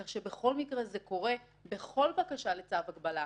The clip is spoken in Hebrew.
כך שבכל מקרה זה קורה בכל בקשה לצו הגבלה,